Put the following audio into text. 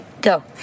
Go